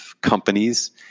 companies